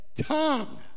tongue